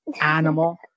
animal